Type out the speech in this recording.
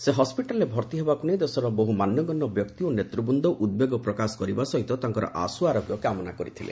ସେ ହସ୍କିଟାଲ୍ରେ ଭର୍ତ୍ତି ହେବାକୁ ନେଇ ଦେଶର ବହୁ ମାନ୍ୟଗଣ୍ୟ ବ୍ୟକ୍ତି ଓ ନେତ୍ତବୃନ୍ଦ ଉଦ୍ବେଗ ପ୍ରକାଶ କରିବା ସହ ତାଙ୍କର ଆଶୁଆରୋଗ୍ୟ କାମନା କରିଥିଲେ